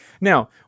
Now